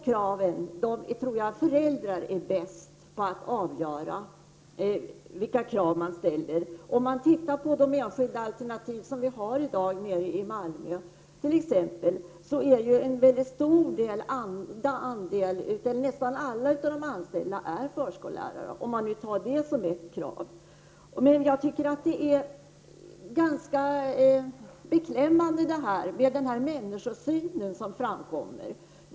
Jag tror att föräldrarna bäst kan avgöra vilka krav de kan ställa. Om man tittar på de enskilda alternativ som vi har i dag, t.ex. i Malmö, är nästan alla de anställda förskollärare, om man nu ställer det som ett krav. Jag tycker att den människosyn som framkommer är ganska beklämmande.